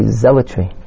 zealotry